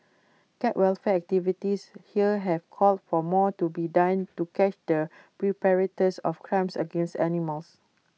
cat welfare activists here have called for more to be done to catch their perpetrators of crimes against animals